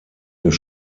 des